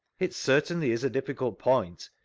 it certainly is a difficult point.